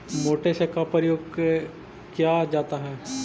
Motor से का उपयोग क्या जाता है?